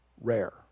rare